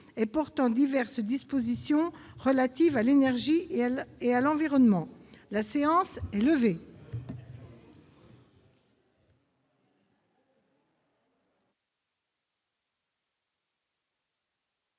et portant diverses dispositions relatives à l'énergie et à l'environnement (n° 21,